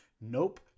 Nope